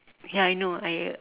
ya I know I I